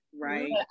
Right